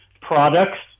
products